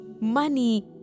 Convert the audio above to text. money